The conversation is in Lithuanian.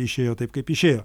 išėjo taip kaip išėjo